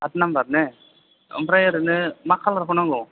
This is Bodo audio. आठ नाम्बार ने आमफ्राय ओरैनो मा कालारखौ नांगौ